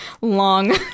long